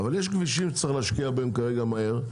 אבל יש כבישים שצריך להשקיע בהם כרגע ומהר,